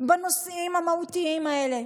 הנושאים המהותיים האלה,